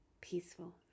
peaceful